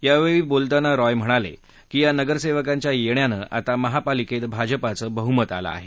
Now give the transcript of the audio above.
यावेळी बोलताना रॉय म्हणाले की या नगरसेवकांच्या येण्यानं आता महापालिकेत भाजपचं बहुमतात आलं आहे